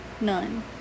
none